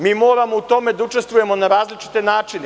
Mi moramo u tome da učestvujemo na različite načine.